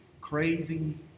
crazy